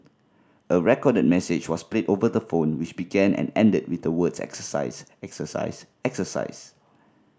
a recorded message was played over the phone which began and ended with the words exercise exercise exercise